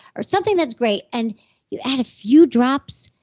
or something that's great. and you add a few drops,